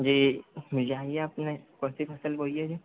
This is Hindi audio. जी जहाँ जहाँ पर मैं फसल